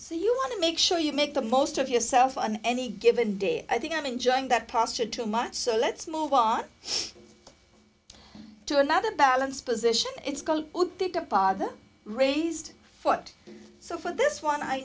so you want to make sure you make the most of yourself on any given day i think i'm enjoying that posture too much so let's move on to another balanced position it's called father raised foot so for this one i